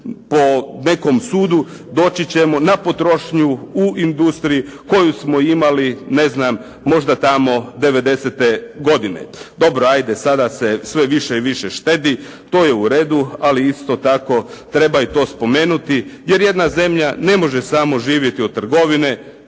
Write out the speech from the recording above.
po nekom sudu doći ćemo na potrošnju u industriji koju smo imali ne znam možda tamo 90. godine. Dobro, sada se sve više i više štedi. To je u redu ali isto tako treba i to spomenuti jer jedna zemlja ne može samo živjeti od trgovine,